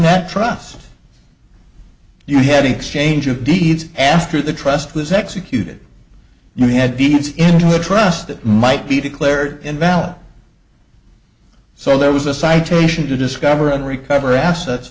that trust you had exchange of deeds after the trust was executed you had billions into the trust that might be declared invalid so there was a citation to discover and recover assets